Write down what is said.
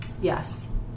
Yes